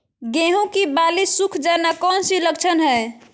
गेंहू की बाली सुख जाना कौन सी लक्षण है?